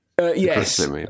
Yes